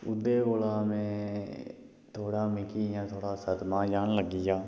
ओह्दे कोला में थोह्ड़ा मिकी इ'यां थोह्ड़ा सदमा जन लग्गी गेआ